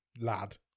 lad